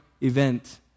event